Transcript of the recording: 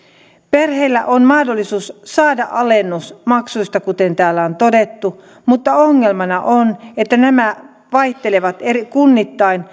perheillä on mahdollisuus saada alennus maksuista kuten täällä on todettu mutta ongelmana on että nämä vaihtelevat kunnittain